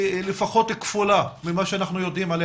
לפחות כפולה ממה שאנחנו יודעים עליה?